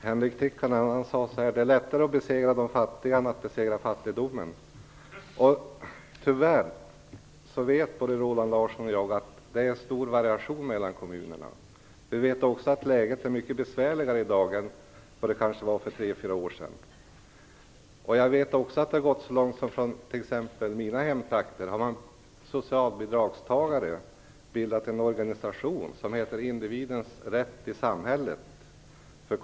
Herr talman! Henrik Tikkanen sade att det är lättare att besegra de fattiga än att besegra fattigdomen. Tyvärr vet både Roland Larsson och jag att det är stor variation mellan kommunerna. Vi vet också att läget är mycket besvärligare i dag än det var för kanske tre fyra år sedan. Jag vet också att det har gått så långt att socialbidragstagare, t.ex. i mina hemtrakter, har bildat en organisation som heter Individens rätt i samhället, IRIS.